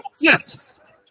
Yes